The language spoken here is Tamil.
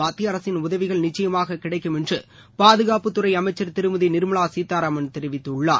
மத்திய அரசின் உதவிகள் நிச்சுயமாக கிடைக்கும் என்று பாதுகாப்பு துறை அமைச்சர் திருமதி நிர்மலா சீதாராமன் தெரிவித்துள்ளார்